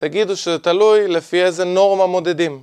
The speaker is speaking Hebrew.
תגידו שזה תלוי לפי איזה נורמה מודדים